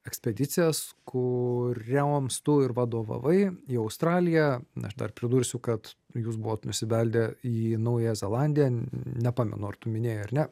ekspedicijas kurioms tu ir vadovavai į australiją aš dar pridursiu kad jūs buvot nusibeldę į naująją zelandiją nepamenu ar tu minėjai ar ne